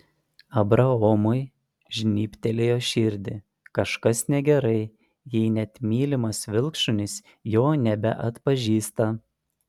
abraomui žnybtelėjo širdį kažkas negerai jei net mylimas vilkšunis jo nebeatpažįsta